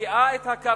שמפקיעה את הקרקע,